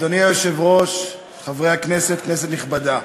היושב-ראש, חברי הכנסת, כנסת נכבדה,